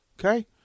Okay